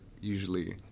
usually